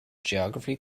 geography